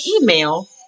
email